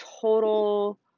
total